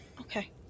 Okay